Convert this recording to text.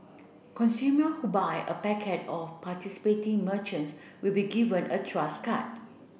consumer who buy a of participating merchants will be given a Trust card